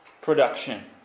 production